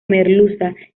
merluza